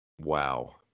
Wow